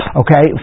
okay